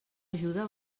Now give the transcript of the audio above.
ajuda